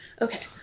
okay